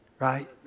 Right